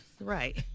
right